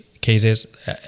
cases